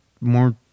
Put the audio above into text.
more